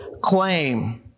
claim